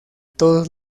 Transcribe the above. todos